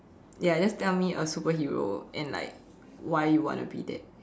ya just tell me a superhero and like why you want to be that